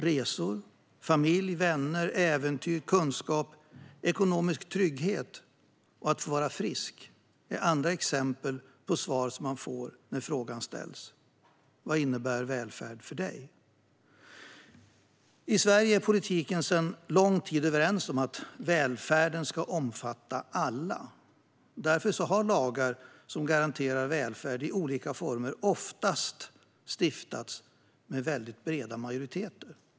Resor, familj, vänner, äventyr, kunskap, ekonomisk trygghet och att få vara frisk är andra exempel på svar som man får när frågan ställs: Vad innebär välfärd för dig? I Sverige är politiken sedan lång tid överens om att välfärden ska omfatta alla. Därför har lagar som garanterar välfärd i olika former oftast stiftats med väldigt breda majoriteter.